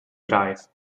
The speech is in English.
drive